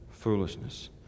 foolishness